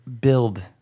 build